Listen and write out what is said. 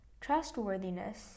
Trustworthiness